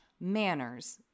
manners